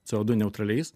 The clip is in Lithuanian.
co du neutraliais